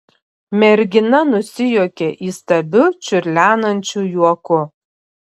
mergina nusijuokė įstabiu čiurlenančiu juoku